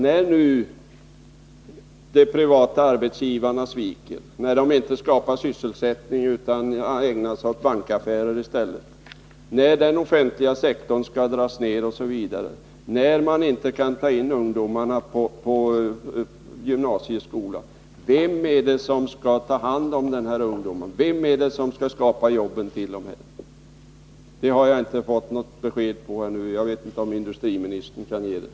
När nu de privata arbetsgivarna sviker, när de inte skapar sysselsättning utan i stället ägnar sig åt bankaffärer, när den offentliga sektorn skall dras ner, när man inte kan bereda ungdomarna plats i gymnasieskolan — vem är det då som skall ta hand om de här ungdomarna, vem är det som skall skapa jobb åt dem? Jag har ännu inte fått något besked om detta, men kanske kan industriministern ge mig det.